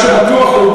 מה שבטוח הוא,